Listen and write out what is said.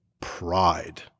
pride